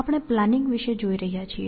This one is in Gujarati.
આપણે પ્લાનિંગ વિશે જોઈ રહ્યા છીએ